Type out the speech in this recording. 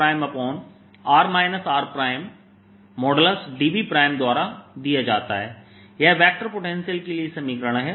dV द्वारा दिया जाता है यह वेक्टर पोटेंशियल के लिए समीकरण है